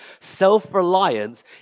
self-reliance